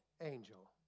angel